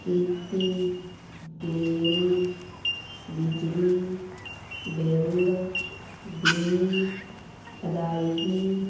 ਕੀਤੀ ਮੇਰੀ ਬਿਜਲੀ ਬਿੱਲ ਦੀ ਅਦਾਇਗੀ